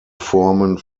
formen